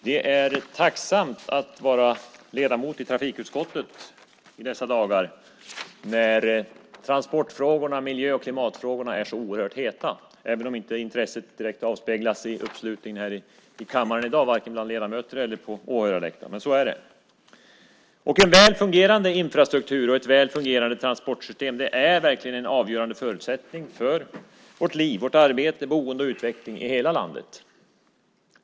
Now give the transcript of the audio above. Herr talman! Det är tacksamt att vara ledamot i trafikutskottet i dessa dagar när transportfrågorna och miljö och klimatfrågorna är så oerhört heta, även om intresset inte direkt avspeglas i uppslutningen här i kammaren i dag vare sig bland ledamöterna eller på åhörarläktaren. En väl fungerande infrastruktur och ett väl fungerande transportsystem är verkligen en avgörande förutsättning för vårt liv, vårt arbete, boende och utveckling i hela landet.